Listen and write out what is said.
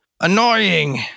annoying